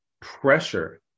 pressure